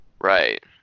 Right